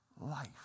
life